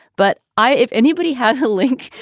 but i if anybody has a link,